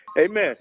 amen